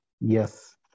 Yes